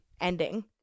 ending